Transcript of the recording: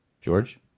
George